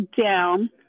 down